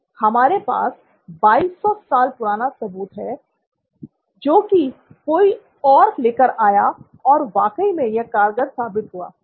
" हमारे पास 2200 साल पुराना सबूत है जो कि कोई और ले कर आया और वाकई में यह कारगर साबित हुआ